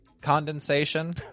condensation